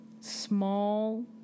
small